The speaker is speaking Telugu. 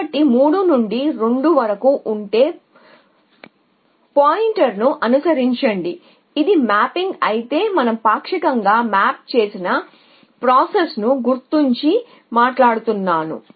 కాబట్టి 3 నుండి 2 వరకు ఉంటే పాయింటర్ను అనుసరించండి ఇది మ్యాపింగ్ అయితే మనం పాక్షికంగా మ్యాప్ చేసిన ప్రాసెస్ గురించి మాట్లాడుతున్నాము